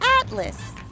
Atlas